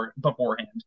beforehand